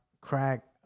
crack